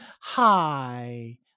Hi